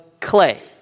clay